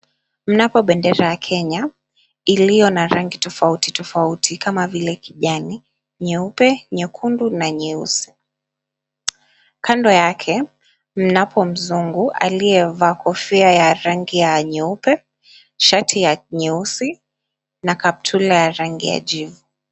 Mnapo bendera ya Kenya iliyo na rangi tofauti tofauti kama vile kijani, nyeupe, nyekundu na nyeusi. Kando yake mnapo mzungu aliyevaa kofia ya rangi ya nyeupe, shati ya nyeusi na kaptura ya rangi ya jivu.